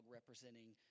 representing